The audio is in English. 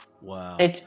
Wow